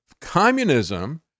communism